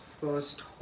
first